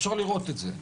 אפשר לראות את זה.